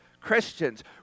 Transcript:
Christians